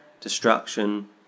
destruction